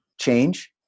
change